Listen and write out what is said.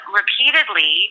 repeatedly